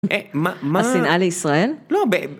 אה? מה? מה? השנאה לישראל? לא, באמת.